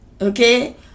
Okay